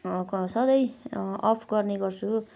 क सधैँ अफ गर्ने गर्छु